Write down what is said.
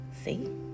see